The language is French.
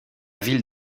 ville